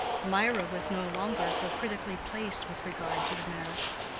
mirah was no longer so critically placed with regard to the meyricks,